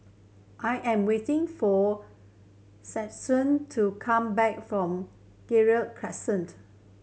I am waiting for to come back from Gerald Crescent